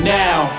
now